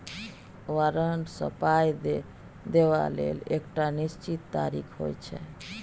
बारंट सँ पाइ देबा लेल एकटा निश्चित तारीख होइ छै